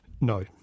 No